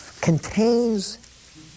contains